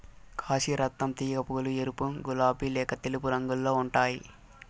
కాశీ రత్నం తీగ పూలు ఎరుపు, గులాబి లేక తెలుపు రంగులో ఉంటాయి